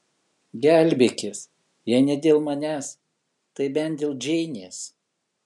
gelbėkis jei ne dėl manęs tai bent dėl džeinės